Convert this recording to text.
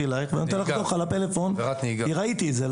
אני נותן לך דוח על הפלאפון כי ראיתי את זה,